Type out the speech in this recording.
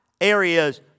areas